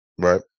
Right